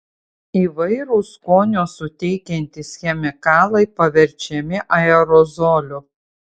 įvairūs skonio suteikiantys chemikalai paverčiami aerozoliu